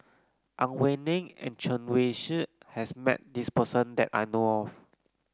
Ang Wei Neng and Chen Wen Hsi has met this person that I know of